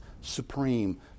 supreme